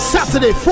Saturday